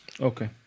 Okay